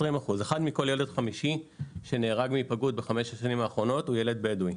אחד מכל ילד חמישי שנהרג מהיפגעות בחמש השנים האחרונות הוא ילד בדווי.